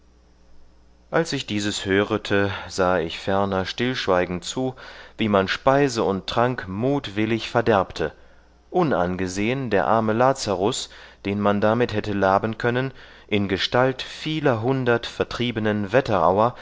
als ich dieses hörete sahe ich ferner stillschweigend zu wie man speise und trank mutwillig verderbte unangesehen der arme lazarus den man damit hätte laben können in gestalt vieler hundert vertriebenen wetterauer